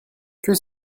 que